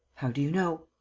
how do you know?